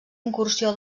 incursió